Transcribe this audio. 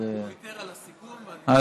הוא ויתר על הסיכום, אז אני.